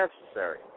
necessary